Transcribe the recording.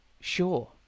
sure